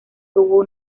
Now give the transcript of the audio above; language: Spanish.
tuvo